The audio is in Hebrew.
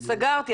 סגרתי.